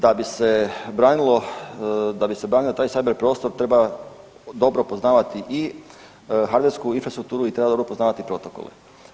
Da bi se branilo, da bi se branio taj cyber prostor treba dobro poznavati i hardversku infrastrukturu i treba dobro poznavati protokole.